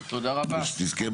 ושתזכה,